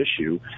issue